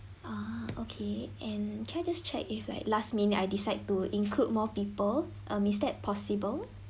ah okay and can I just check if like last minute I decide to include more people um is that possible